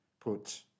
put